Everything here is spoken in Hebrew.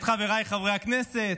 את חבריי חברי הכנסת,